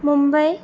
Mumbai